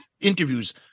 interviews